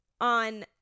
on